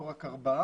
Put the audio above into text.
לא רק ארבעה,